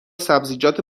سبزیجات